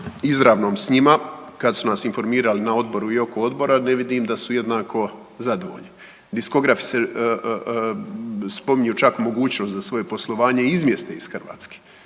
izravnom s njima kad su nas informirali na odboru i oko odbora ne vidim da su jednako zadovoljni. Diskografi se spominju čak mogućnost da svoje poslovanje izmjeste iz Hrvatske,